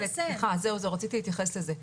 סליחה, רציתי להתייחס לזה.